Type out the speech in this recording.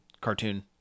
cartoon